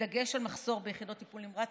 בדגש על מחסור ביחידות טיפול נמרץ.